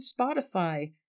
Spotify